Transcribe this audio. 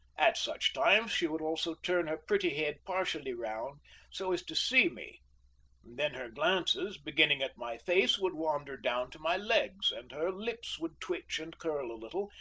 at such times she would also turn her pretty head partially round so as to see me then her glances, beginning at my face, would wander down to my legs, and her lips would twitch and curl a little,